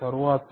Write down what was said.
32 1